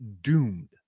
doomed